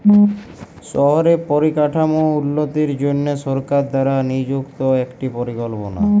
শহরে পরিকাঠাম উল্যতির জনহে সরকার দ্বারা লিযুক্ত একটি পরিকল্পলা